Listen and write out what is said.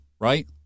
right